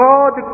God